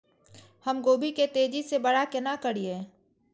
हम गोभी के तेजी से बड़ा केना करिए?